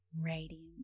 radiant